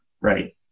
right